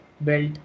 belt